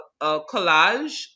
collage